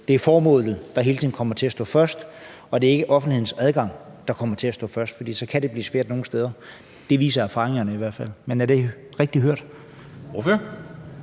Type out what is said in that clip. det er formålet, der hele tiden kommer til at stå først, og ikke offentlighedens adgang, der kommer til at stå først. For så kan det blive svært nogle steder. Det viser erfaringerne i hvert fald. Men er det rigtigt hørt?